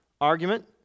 argument